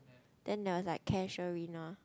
then there was like casuarina